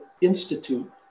Institute